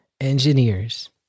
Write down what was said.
engineers